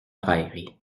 raillerie